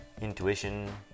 intuition